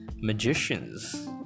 magicians